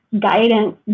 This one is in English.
guidance